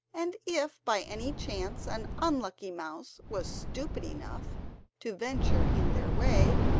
and if by any chance an unlucky mouse was stupid enough to venture in their way,